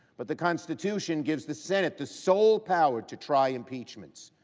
but, the constitution gives the senate the sole power to try impeachments.